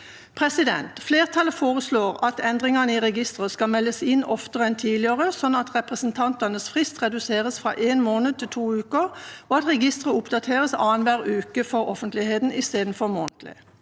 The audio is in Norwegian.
foreligger. Flertallet foreslår at endringer i registeret skal meldes inn oftere enn tidligere, slik at representantenes frist reduseres fra én måned til to uker, og at registeret oppdateres annenhver uke for offentligheten istedenfor månedlig.